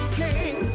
king